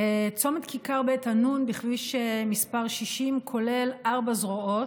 צומת כיכר בית ענון בכביש מס' 60 כולל ארבע זרועות.